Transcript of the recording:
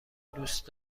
دوست